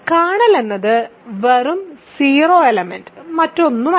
kernel എന്നത് വെറും 0 element മറ്റൊന്നുമില്ല